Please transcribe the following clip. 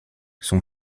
son